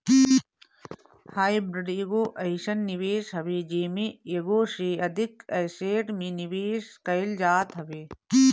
hybrid एगो अइसन निवेश हवे जेमे एगो से अधिक एसेट में निवेश कईल जात हवे